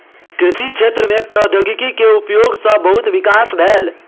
कृषि क्षेत्र में प्रौद्योगिकी के उपयोग सॅ बहुत विकास भेल